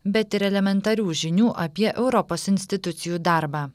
bet ir elementarių žinių apie europos institucijų darbą